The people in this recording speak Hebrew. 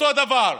אותו דבר.